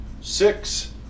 six